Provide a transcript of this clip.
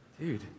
Dude